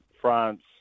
France